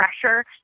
pressure